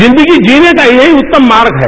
जिंदगी जीने का यहीं उत्तम मार्ग है